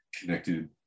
connected